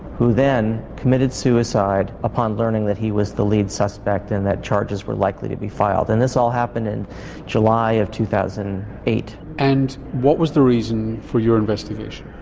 who then committed suicide upon learning that he was the lead suspect and that charges were likely to be filed and this all happened in july of two thousand and eight. and what was the reason for your investigation?